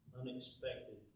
unexpected